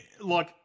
Look